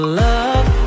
love